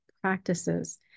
practices